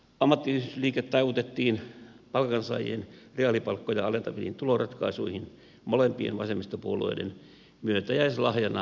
ammattiyhdistysliike taivutettiin palkansaajien reaalipalkkoja alentaviin tuloratkaisuihin molempien vasemmistopuolueiden myötäjäislahjana valtapuolue kokoomukselle